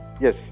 Yes